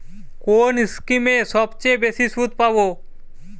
কোন স্কিমে সবচেয়ে বেশি সুদ পাব?